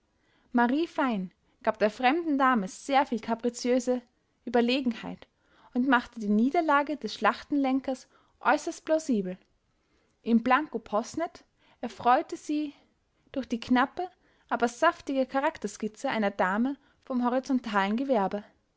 marie fein gab der fremden dame sehr viel kapriziöse überlegenheit und machte die niederlage des schlachtenlenkers äußerst plausibel im blanco posnet erfreute sie durch die knappe aber saftige charakterskizze einer dame vom horizontalen gewerbe